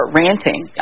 ranting